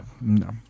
no